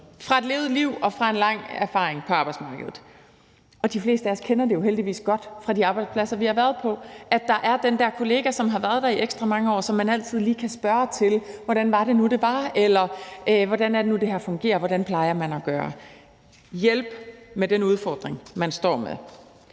fra et levet liv og fra en lang erfaring på arbejdsmarkedet. Og de fleste af os kender det jo heldigvis godt fra de arbejdspladser, vi har været på, at der er den der kollega, som har været der i ekstra mange år, og som man altid lige kan spørge, hvordan det nu lige er, hvordan det fungerer, og hvordan man plejer at gøre, og som kan hjælpe med den udfordring, man står med.